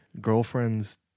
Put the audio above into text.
girlfriend's